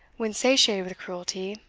when, satiated with cruelty,